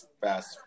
fast